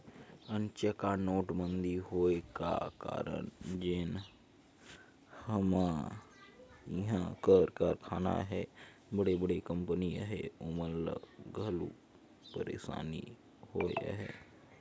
अनचकहा नोटबंदी होए का कारन जेन हमा इहां कर कारखाना अहें बड़े बड़े कंपनी अहें ओमन ल घलो पइरसानी होइस अहे